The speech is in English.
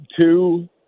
two